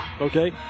Okay